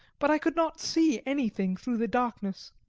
but i could not see anything through the darkness.